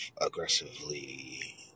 aggressively